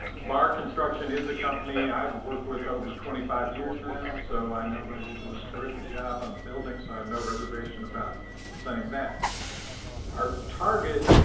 bar construction is a company i've worked with over twenty five years now. so i know they will do a terrific job on the building. so i have no reservation about saying that our target,